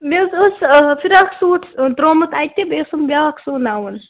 مےٚ حظ ٲس فِراق سوٗٹ ترٛوٚومُت اَتہِ بیٚیہِ اوسُم بیاکھ سُوناوُن